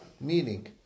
meaning